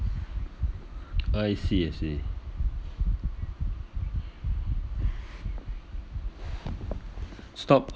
I see I see stop